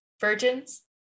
Virgins